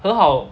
和好